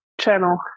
channel